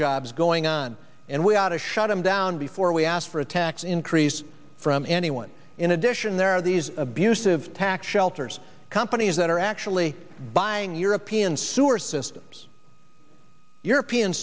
is going on and we ought to shut them down before we ask for a tax increase from anyone in addition there are these abusive tax shelters companies that are actually buying european sewer systems european